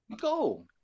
Go